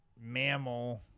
mammal